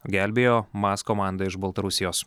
gelbėjo maz komanda iš baltarusijos